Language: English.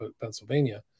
Pennsylvania